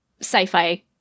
sci-fi